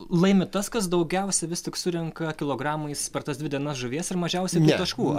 laimi tas kas daugiausia vis tik surenka kilogramais per tas dvi dienas žuvies ir mažiausiai taškų